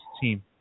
team